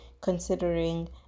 considering